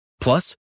Plus